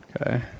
Okay